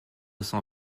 cent